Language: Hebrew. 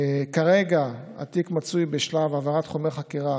כרגע התיק מצוי בשלב העברת חומר חקירה